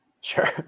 sure